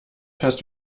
fährst